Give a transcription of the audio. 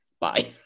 bye